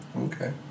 Okay